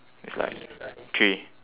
it's like three